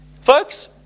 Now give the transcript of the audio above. Folks